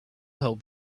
help